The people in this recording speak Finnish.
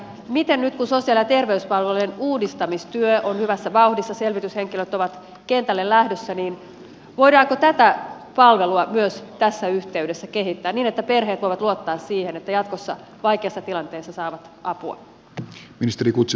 miten nyt kun sosiaali ja terveyspalvelujen uudistamistyö on hyvässä vauhdissa selvityshenkilöt ovat kentälle lähdössä voidaanko tätä palvelua myös tässä yhteydessä kehittää niin että perheet voivat luottaa siihen että jatkossa vaikeassa tilanteessa saavat apua